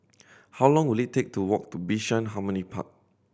how long will it take to walk to Bishan Harmony Park